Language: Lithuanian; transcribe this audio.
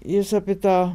jis apie tą